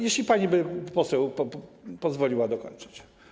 Jeśli pani poseł pozwoliłaby dokończyć.